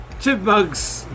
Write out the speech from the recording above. chipmunks